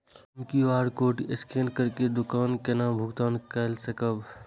हम QR code scan करके दुकान केना भुगतान काय सकब?